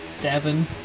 Devon